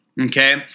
okay